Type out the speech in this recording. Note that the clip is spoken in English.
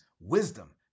wisdom